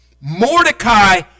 Mordecai